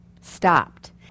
Stopped